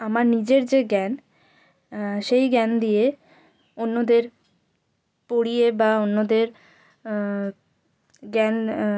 আমার নিজের যে জ্ঞান সেই জ্ঞান দিয়ে অন্যদের পড়িয়ে বা অন্যদের জ্ঞান